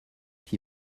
qui